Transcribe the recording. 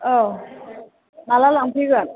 औ माब्ला लांफैगोन